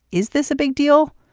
is this a big deal.